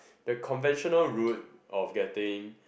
the conventional rule of getting